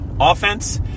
offense